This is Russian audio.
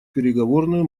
переговорную